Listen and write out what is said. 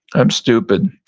i'm stupid.